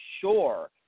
Sure